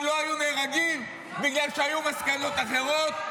לא היו נהרגים בגלל שהיו מסקנות אחרות?